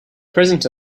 presence